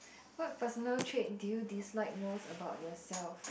what personal trait do you dislike most about yourself